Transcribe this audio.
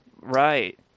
Right